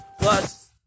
Plus